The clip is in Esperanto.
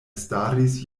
staris